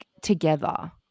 together